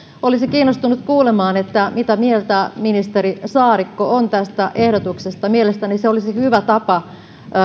olisin kiinnostunut kuulemaan mitä mieltä ministeri saarikko on tästä ehdotuksesta mielestäni se olisi hyvä tapa